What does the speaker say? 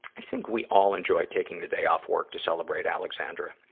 i think we all enjoy taking the day off work to celebrate alexandra.